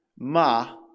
Ma